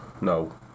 no